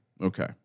Okay